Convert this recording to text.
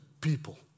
people